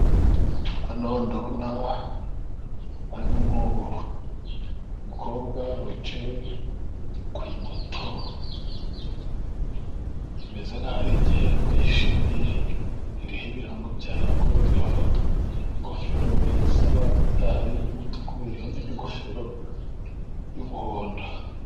Hano ndabona wicaye kutomeze nkaho igihembo y'ishimiye irihe ibirango byahago ri ingofero z'abamotari, y'umutuku kuberani ngofero y'umuhondo.